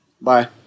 Bye